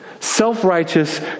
Self-righteous